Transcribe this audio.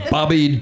Bobby